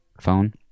phone